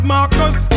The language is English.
Marcus